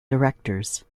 directors